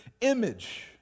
image